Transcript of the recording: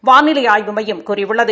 வானிலை ஆய்வு மையம் கூறியுள்ளது